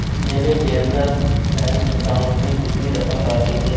میرے Canara bank account میں کتنی رقم باقی ہے